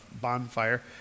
bonfire